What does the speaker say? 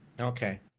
Okay